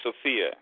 Sophia